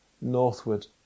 northward